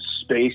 space